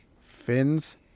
Fins